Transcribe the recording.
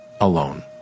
alone